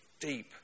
deep